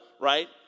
right